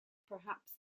perhaps